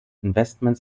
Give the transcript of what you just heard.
investments